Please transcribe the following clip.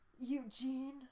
Eugene